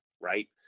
right